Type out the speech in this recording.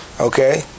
Okay